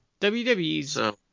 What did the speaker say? wwe's